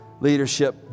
leadership